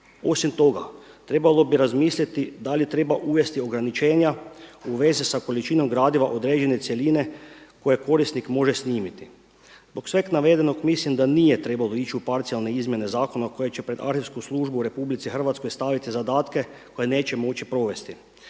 Osim toga, trebalo bi razmisliti da li treba uvesti ograničenja u vezi sa količinom gradiva određene cjeline koje korisnik može snimiti. Zbog svega navedenog mislim da nije trebalo ići u parcijalne izmjene zakona koje će pred arhivsku službu u RH staviti zadatke koje neće moći provesti.